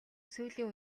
сүүлийн